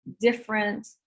different